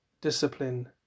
discipline